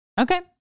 Okay